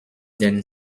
den